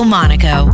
Monaco